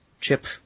Chip